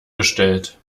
gestellt